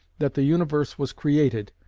that the universe was created,